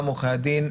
גם עורכי הדין,